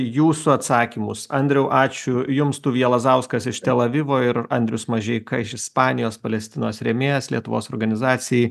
jūsų atsakymus andriau ačiū jums tuvija lazauskas iš tel avivo ir andrius mažeika iš ispanijos palestinos rėmėjas lietuvos organizacijai